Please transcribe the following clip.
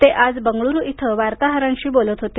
ते आज बंगळूरू इथं वार्ताहरांशी बोलत होते